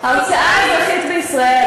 ההוצאה האזרחית בישראל,